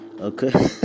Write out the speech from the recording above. Okay